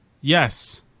Yes